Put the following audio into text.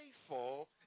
faithful